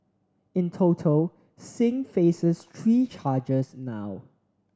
in total Singh faces three charges now